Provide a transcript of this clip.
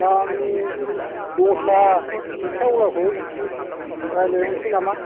आं दस्रा रिक्सा आवलाखौ रायज्लाय हरनोसै नामा